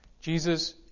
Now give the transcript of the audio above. Jesus